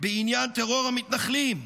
בעניין טרור המתנחלים,